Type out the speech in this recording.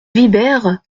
vibert